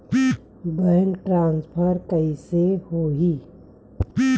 Bank transfer कइसे होही?